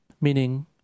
meaning